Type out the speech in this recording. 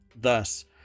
Thus